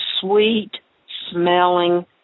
sweet-smelling